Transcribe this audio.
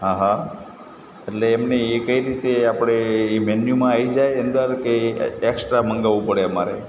આ હા એટલે એમ નહીં એટલે એ કઈ રીતે આપણે એ મેન્યૂમાં આવી જાય અંદર કે એક્સ્ટ્રા મંગાવવુ પડે અમારે